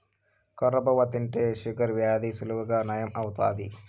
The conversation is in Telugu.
కొర్ర బువ్వ తింటే షుగర్ వ్యాధి సులువుగా నయం అవుతాది